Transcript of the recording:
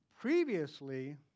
previously